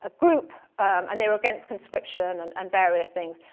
ah group and their against conscription and and various things.